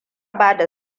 bada